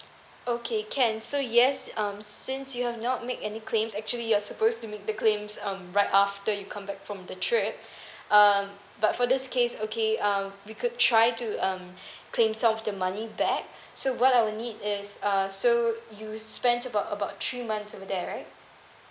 okay can so yes um since you have not make any claims actually you're supposed to make the claims um right after you come back from the trip um but for this case okay um we could try to um claim some of the money back so what I will need is uh so you spent about about three months over there right